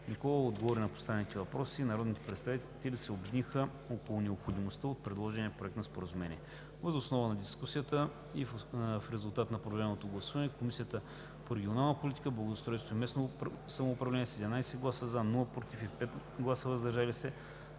Николова отговори на поставените въпроси и народните представители се обединиха около необходимостта от предложения проект на Споразумението. Въз основа на дискусията и в резултат на проведеното гласуване Комисията по регионална политика, благоустройство и местно самоуправление с 11 гласа „за“, без „против“ и 5 гласа „въздържал се“